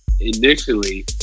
initially